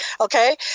Okay